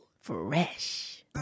Fresh